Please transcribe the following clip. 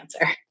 answer